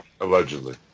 Allegedly